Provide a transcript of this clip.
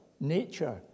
nature